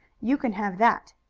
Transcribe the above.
you can have that.